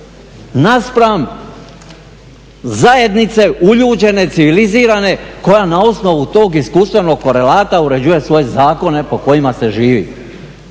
naspram zajednice uljuđene, civilizirane koja na osnovu tog iskustvenog korelata uređuje svoje zakone po kojima se živi.